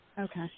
Okay